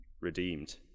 redeemed